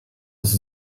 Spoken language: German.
ist